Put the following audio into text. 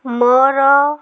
ମୋର